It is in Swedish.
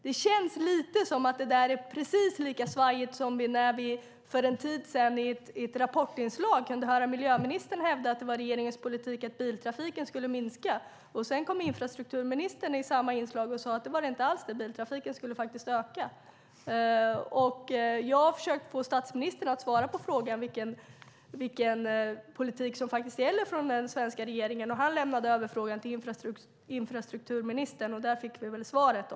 Det känns lika svajigt som när vi för en tid sedan i ett inslag i Rapport kunde höra miljöministern hävda att det var regeringens politik att biltrafiken skulle minska. Sedan kom infrastrukturministern i samma inslag och sade att det var det inte alls det, utan biltrafiken skulle faktiskt öka. Jag har försökt få statsministern att svara på frågan om vilken politik som gäller från den svenska regeringen. Han lämnade över frågan till infrastrukturministern, och där fick vi väl svaret.